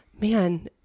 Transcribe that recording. man